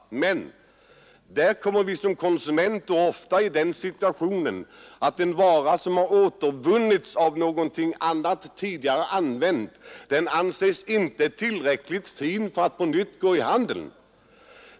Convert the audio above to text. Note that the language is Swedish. Där kommer vi emellertid som konsumenter ofta i den situationen att en vara som har återvunnits av något annat, tidigare använt, inte anses tillräckligt fin för att på nytt gå i handeln.